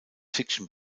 fiction